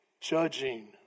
judging